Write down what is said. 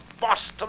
Boston